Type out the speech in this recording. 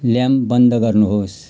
lamp बन्द गर्नुहोस्